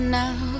now